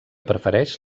prefereix